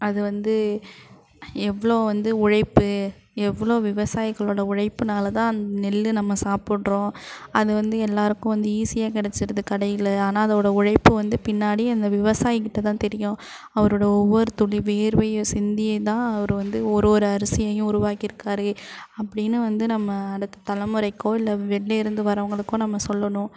அது வந்து எவ்வளோ வந்து உழைப்பு எவ்வளோ விவசாயிகளோட உழைப்புனாலதான் அந் நெல் நம்ம சாப்பிட்றோம் அது வந்து எல்லோருக்கும் வந்து ஈஸியாக கிடைச்சிருது கடையில் ஆனால் அதோடய உழைப்பு வந்து பின்னாடி அந்த விவசாயிக்கிட்டேதான் தெரியும் அவரோடய ஒவ்வொரு துளி வியர்வையும் சிந்திதான் அவர் வந்து ஒரு ஒரு அரிசியையும் உருவாக்கிருக்கார் அப்படின்னு வந்து நம்ம அடுத்த தலைமுறைக்கோ இல்லை வெளிலேருந்து வரவங்களுக்கோ நம்ம சொல்லணும்